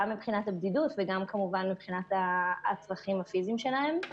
גם מבחינת הבדידות וגם מבחינת הצרכים הפיזיים שלהם.